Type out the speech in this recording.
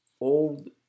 old